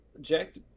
Jack